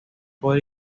por